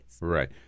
Right